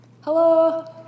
Hello